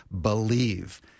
believe